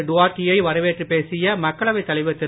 டுவார்ட்டியை வரவேற்றுப் பேசிய மக்களவைத் தலைவர் திரு